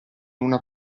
una